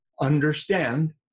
understand